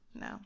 no